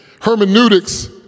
Hermeneutics